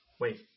Wait